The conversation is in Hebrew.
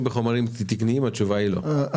בחומרים תקינים אז התשובה היא לא.